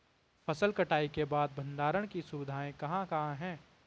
फसल कटाई के बाद भंडारण की सुविधाएं कहाँ कहाँ हैं?